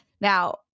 now